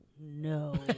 no